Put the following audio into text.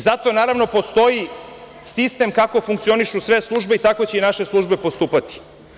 Zato, naravno, postoji sistem - kako funkcionišu sve službe, tako će i naše službe postupati.